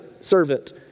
servant